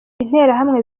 interahamwe